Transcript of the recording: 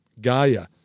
Gaia